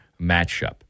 matchup